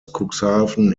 cuxhaven